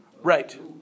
Right